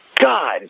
God